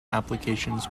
applications